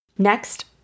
Next